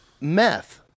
Meth